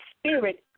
spirit